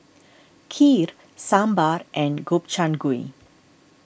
Kheer Sambar and Gobchang Gui